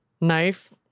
Knife